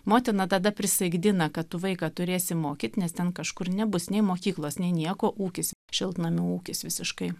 motina tada prisaikdina kad tu vaiką turėsi mokyt nes ten kažkur nebus nei mokyklos nei nieko ūkis šiltnamių ūkis visiškai